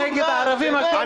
נגד הערבים הכול מותר.